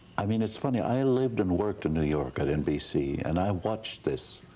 i mean it's funny, i lived and worked in new york at nbc and i watched this,